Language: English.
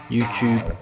YouTube